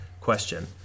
question